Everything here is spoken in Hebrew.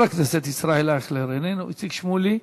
חבר הכנסת ישראל אייכלר, אינו נוכח.